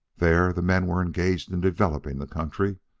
there the men were engaged in developing the country,